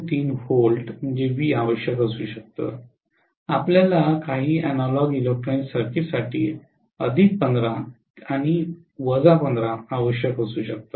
3 V आवश्यक असू शकतात आपल्याला काही अॅनालॉग इलेक्ट्रॉनिक सर्किट्ससाठी 15 आणि 15 आवश्यक असू शकतात